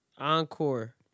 Encore